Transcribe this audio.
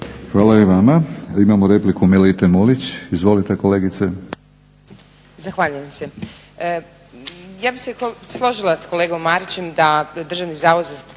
Hvala i vama. Imamo repliku Melite Mulić. Izvolite kolegice.